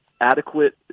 adequate